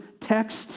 text